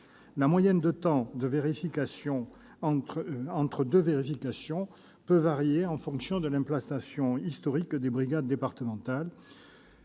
départements. Le délai moyen entre deux vérifications peut varier en fonction de l'implantation historique des brigades départementales